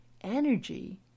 energy